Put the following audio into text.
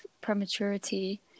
prematurity